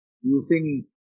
using